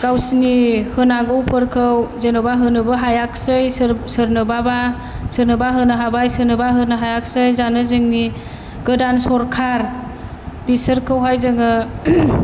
गावसोरनि होनांगौफोरखौ जेन'बा होनोबो हायाखिसै सोरनोबा बा सोरनोबा होनो हाबाय सोरनोबा होनो हायाखसै दानि जोंनि गोदान सरखार बिसोरखौहाय जोङो